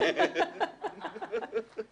אם יבוא עוד מישהו אז אני אצביע.